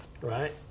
right